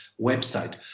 website